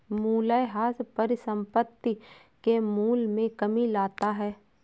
मूलयह्रास परिसंपत्ति के मूल्य में कमी लाता है